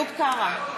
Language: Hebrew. (קוראת בשמות חברי הכנסת) איוב קרא,